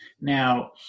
Now